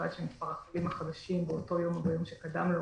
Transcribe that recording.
ובלבד שמספר החולים החדשים באותו יום וביום שקדם לו,